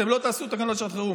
אתם לא תעשו תקנות לשעת חירום,